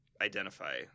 identify